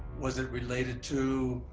was it related to